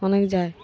অনেক যায়